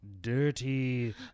dirty